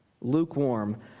Lukewarm